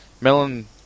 melon